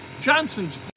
Johnson's